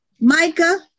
Micah